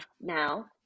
Now